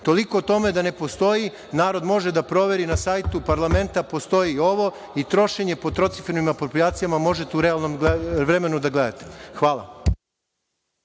Toliko o tome da ne postoji, narod može da proveri, na sajtu parlamenta postoji ovo i trošenje po trocifrenim aproprijacijama možete u realnom vremenu da gledate. Hvala.